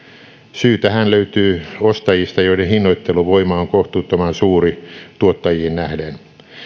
syy tähän löytyy ostajista joiden hinnoitteluvoima on kohtuuttoman suuri tuottajiin nähden